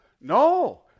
No